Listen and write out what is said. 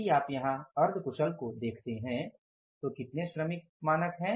यदि आप यहां अर्ध कुशल को देखते हैं तो कितने श्रमिक मानक हैं